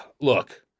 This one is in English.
Look